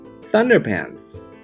Thunderpants